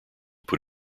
put